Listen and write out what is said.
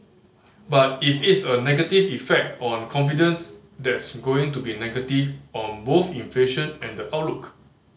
but if it's a negative effect on confidence that's going to be negative on both inflation and the outlook